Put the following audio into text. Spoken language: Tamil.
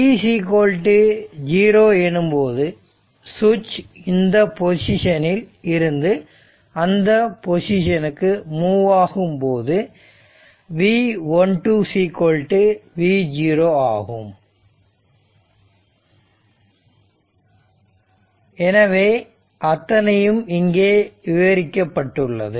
t0 எனும்போது சுவிட்ச் இந்த பொசிஷன் இல் இருந்து அந்த பொசிஷனுக்கு மூவ் ஆகும் போது v12 v0 ஆகும் எனவே அத்தனையும் இங்கே விவரிக்கப்பட்டுள்ளது